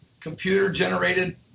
computer-generated